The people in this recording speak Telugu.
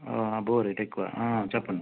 ఓ అబ్బో రేట్ ఎక్కువ చెప్పండి